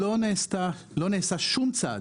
אבל לא נעשה שום צעד,